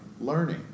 learning